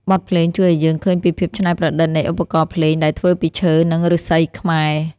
បទភ្លេងជួយឱ្យយើងឃើញពីភាពច្នៃប្រឌិតនៃឧបករណ៍ភ្លេងដែលធ្វើពីឈើ និងឫស្សីខ្មែរ។